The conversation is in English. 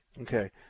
Okay